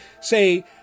say